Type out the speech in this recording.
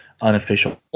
unofficial